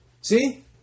See